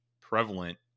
prevalent